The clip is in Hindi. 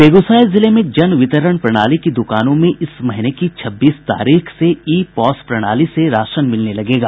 बेगूसराय जिले में जन वितरण प्रणाली की दुकानों में इस महीने की छब्बीस तारीख से ई पॉस प्रणाली से राशन मिलने लगेगा